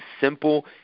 simple